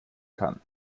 kann